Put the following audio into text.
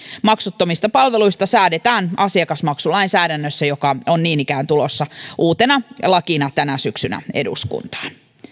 maksuttomista palveluista säädetään asiakasmaksulainsäädännössä joka on niin ikään tulossa uutena lakina tänä syksynä eduskuntaan